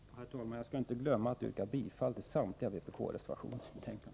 Herr talman! Jag yrkar bifall till samtliga vpk-reservationer i betänkandet.